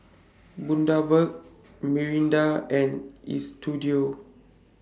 Bundaberg Mirinda and Istudio